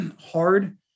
hard